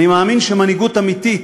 אני מאמין שמנהיגות אמיתית